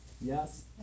Yes